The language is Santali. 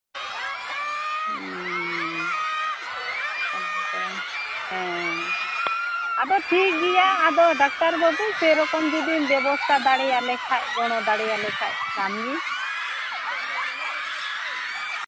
ᱦᱩᱸ ᱟᱫᱚ ᱦᱮᱸ ᱟᱫᱚ ᱴᱷᱤᱠ ᱜᱮᱭᱟ ᱟᱫᱚ ᱰᱟᱠᱛᱟᱨ ᱵᱟ ᱵᱩ ᱥᱮᱨᱚᱠᱚᱢ ᱡᱩᱫᱤᱢ ᱵᱮᱵᱚᱥᱛᱟ ᱫᱟᱲᱮᱭᱟᱞᱮ ᱠᱷᱟᱱ ᱜᱚᱲᱚ ᱫᱟᱲᱮᱭᱟᱞᱮ ᱠᱷᱟᱱ ᱠᱟᱹᱢᱤ